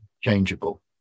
changeable